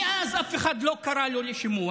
מאז אף אחד לא קרא לו לשימוע,